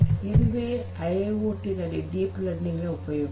ಇದುವೇ ಐಐಓಟಿ ನಲ್ಲಿ deep learning ನ ಉಪಯೋಗಗಳು